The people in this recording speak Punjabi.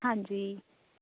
ਹਾਂਜੀ